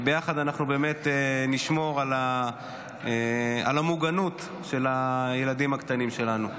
וביחד אנחנו באמת נשמור על המוגנות של הילדים הקטנים שלנו,